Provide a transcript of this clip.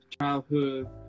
childhood